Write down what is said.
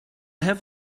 have